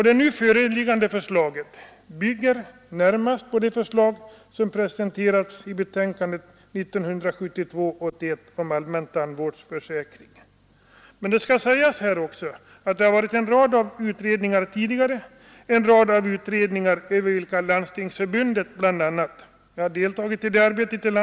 Det nu föreliggande förslaget bygger närmast på det förslag som presenterades i betänkande SOU 1972:81 om allmän tandvårdsförsäkring. Det har även varit en rad av utredningar tidigare över vilka bl.a. Landstingsförbundet haft att avge yttrande. Jag har deltagit i det arbetet.